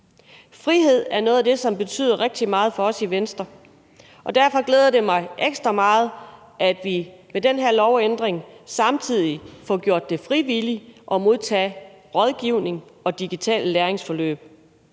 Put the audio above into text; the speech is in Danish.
Frihed er noget af det, som betyder rigtig meget for os i Venstre, og derfor glæder det mig ekstra meget, at vi med den her lovændring samtidig får gjort det frivilligt at modtage rådgivning og digitalt læringsforløb.